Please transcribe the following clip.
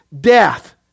death